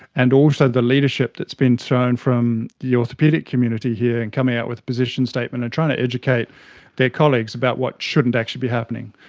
and also the leadership that's been shown from the orthopaedic community here in coming out with a position statement and trying to educate their colleagues about what shouldn't actually be happening.